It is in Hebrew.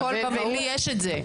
ולי יש את זה.